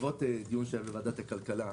בעקבות דיון שהיה בוועדת הכלכלה,